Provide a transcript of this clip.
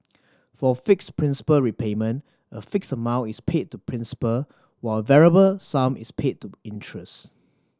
for fixed principal repayment a fixed amount is paid to principal while variable sum is paid to interest